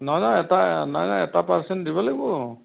নাই নাই এটা নাই নাই এটা পাৰ্চেণ্ট দিব লাগিব